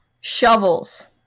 Shovels